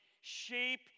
shape